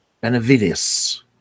Benavides